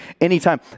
anytime